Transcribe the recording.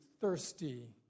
thirsty